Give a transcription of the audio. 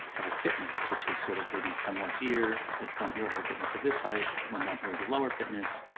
have a fitness, which is sort of, maybe, somewhere here. this one here will have a fitness of this height. one down here is a lower fitness.